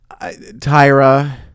Tyra